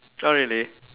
!huh! really